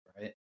right